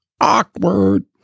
awkward